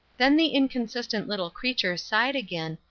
then the inconsistent little creature sighed again,